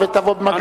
השר, תודה רבה.